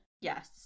Yes